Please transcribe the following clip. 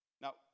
Now